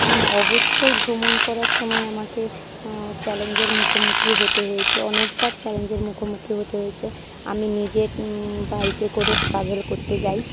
হ্যাঁ অবশ্যই ভ্রমণ করার সময় আমাকে চ্যালেঞ্জের মুখোমুখি হতে হয়েছে অনেকবার চ্যালেঞ্জের মুখোমুখি হতে হয়েছে আমি নিজের বাইকে করে ট্র্যাভেল করতে যাই